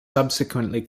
subsequently